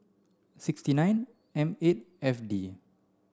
sixty nine M eight F D